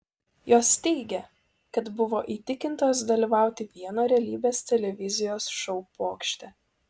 jos teigia kad buvo įtikintos dalyvauti vieno realybės televizijos šou pokšte